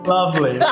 Lovely